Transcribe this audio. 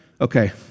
Okay